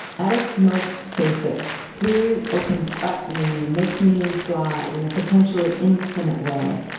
at its most basic, theory opens up meaning, makes meaning slide in a potentially infinite way.